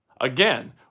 Again